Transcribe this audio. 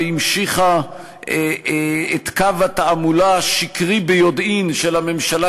והמשיכה את קו התעמולה השקרי-ביודעין של הממשלה,